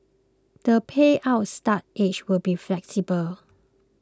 the payout start age will be flexible